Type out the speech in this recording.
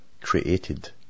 created